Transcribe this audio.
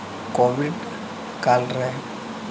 covid ᱠᱟᱞ ᱨᱮ